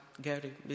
Gary